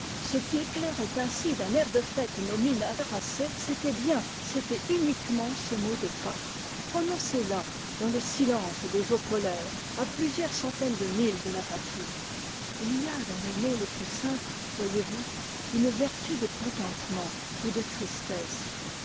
ce qui éclairait ainsi d'un air de fête nos mines harassées c'était bien c'était uniquement ce mot de pâques prononcé là dans le silence des eaux polaires à plusieurs centaines de milles de la patrie il y a dans les mots les plus simples voyez-vous une vertu de contentement ou de tristesse